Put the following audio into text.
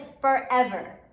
forever